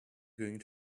going